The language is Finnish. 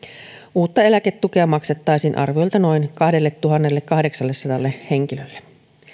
uutta eläketukea maksettaisiin arviolta noin kahdelletuhannellekahdeksallesadalle henkilölle